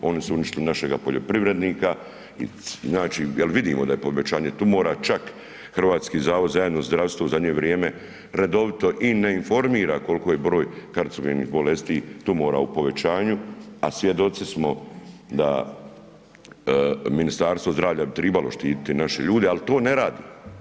Oni su uništili našega poljoprivrednika, jel vidimo da je povećanje tumora, čak Hrvatski zavod za javno zdravstvo u zadnje vrijeme redovito i ne informira koliki je broj karcogenih bolesti, tumora u povećanju a svjedoci smo da Ministarstvo zdravlja bi trebalo štiti naše ljude, ali to ne radi.